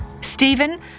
Stephen